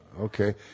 Okay